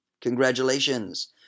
Congratulations